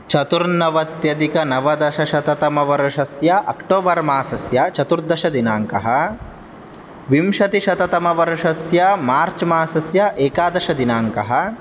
चतुर्नवत्यधिकनवदशतमवर्षस्य अक्टोबर्मासस्य चतुर्दशदिनाङ्कः विंशतिशततमवर्षस्य मार्च्मासस्य एकादश दिनाङ्कः